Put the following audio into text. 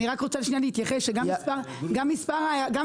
מאוד